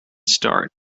start